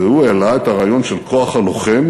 והוא העלה את הרעיון של כוח לוחם